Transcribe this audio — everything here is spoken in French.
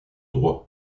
droit